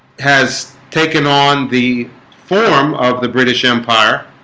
has taken on the form of the british empire